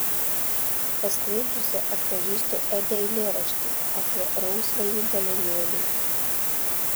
pasklaidžiusi atpažįstu edi eilėraštį apie rausvąjį balionėlį